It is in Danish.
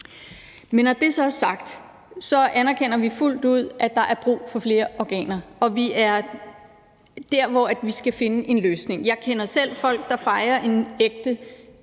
Men når det så er sagt, anerkender vi fuldt ud, at der er brug for flere organer, og vi er der, hvor vi skal finde en løsning. Jeg kender selv folk, der fejrer en for